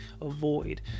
avoid